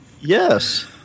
Yes